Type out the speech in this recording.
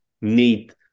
need